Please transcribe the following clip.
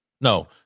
No